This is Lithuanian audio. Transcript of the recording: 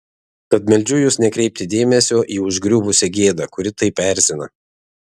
tad meldžiu jus nekreipti dėmesio į užgriuvusią gėdą kuri taip erzina